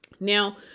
Now